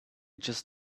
just